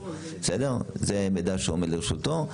זה מידע שעומד לרשותו,